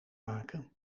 maken